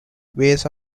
ways